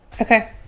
Okay